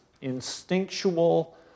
instinctual